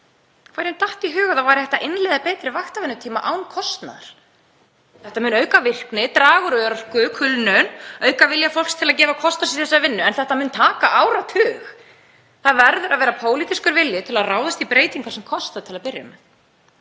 Hverjum datt í hug að hægt væri að innleiða betri vaktavinnutíma án kostnaðar? Það mun auka virkni, draga úr örorku og kulnun, auka vilja fólks til að gefa kost á sér í þessa vinnu en þetta mun taka áratug. Það verður að vera pólitískur vilji til að ráðast í breytingar sem kosta til að byrja með.